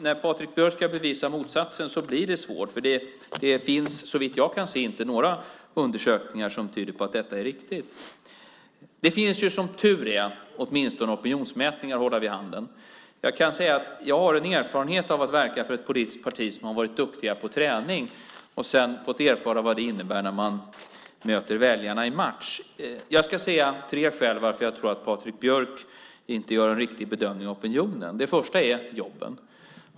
När Patrik Björck ska bevisa motsatsen blir det svårt, för det finns såvitt jag kan se inte några undersökningar som tyder på att detta är riktigt. Det finns som tur är åtminstone opinionsmätningar att hålla i handen. Jag kan säga att jag har erfarenhet av att verka för ett politiskt parti som har varit duktigt på träning och sedan fått erfara vad det innebär när man möter väljarna i match. Jag ska nämna tre skäl till att jag tror att Patrik Björck inte gör en riktig bedömning av opinionen. Det första är jobben.